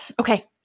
Okay